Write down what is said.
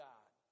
God